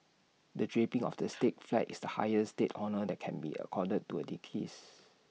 the draping of the state flag is highest state honour that can be accorded to A deceased